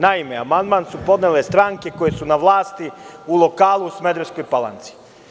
Naime, amandman su podnele stranke koje su na vlasti u lokalu u Smederevskoj Palanci.